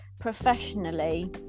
professionally